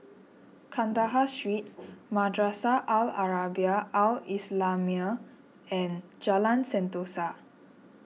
Kandahar Street Madrasah Al Arabiah Al Islamiah and Jalan Sentosa